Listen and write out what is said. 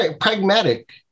Pragmatic